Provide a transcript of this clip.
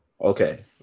Okay